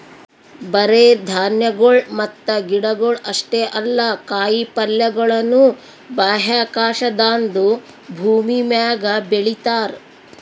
ಬರೇ ಧಾನ್ಯಗೊಳ್ ಮತ್ತ ಗಿಡಗೊಳ್ ಅಷ್ಟೇ ಅಲ್ಲಾ ಕಾಯಿ ಪಲ್ಯಗೊಳನು ಬಾಹ್ಯಾಕಾಶದಾಂದು ಭೂಮಿಮ್ಯಾಗ ಬೆಳಿತಾರ್